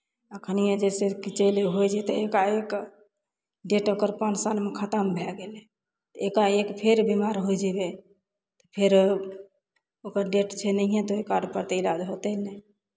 एखनिए जइसे कि चलिए होइ जेतै एकाएक डेट ओकर पाँच सालमे खतम भए गेलै एकाएक फेर बिमार होय जयबै तऽ फेर ओकर डेट छै नहिए तऽ कार्डपर तऽ इलाज होतै नहि